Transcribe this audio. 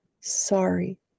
sorry